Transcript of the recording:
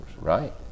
Right